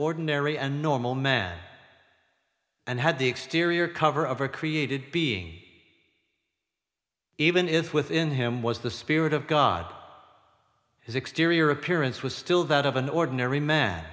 ordinary and normal man and had the exterior cover of a created being even if within him was the spirit of god his exterior appearance was still that of an ordinary ma